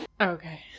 Okay